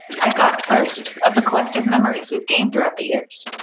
i thought first of the collective memories we've gained throughout the years,